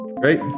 Great